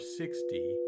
sixty